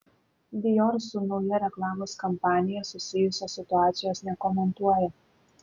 dior su nauja reklamos kampanija susijusios situacijos nekomentuoja